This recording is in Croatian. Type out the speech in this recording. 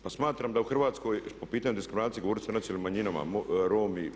Pa smatram da u Hrvatskoj po pitanju diskriminacije, govorili ste o nacionalnim manjinama, Romi.